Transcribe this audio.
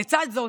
לצד זאת,